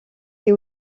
est